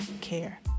care